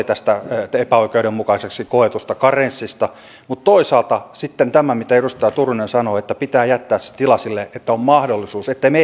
tästä epäoikeudenmukaiseksi koetusta karenssista mutta toisaalta on sitten tämä mitä edustaja turunen sanoi että pitää jättää tilaa sille että on mahdollisuus että me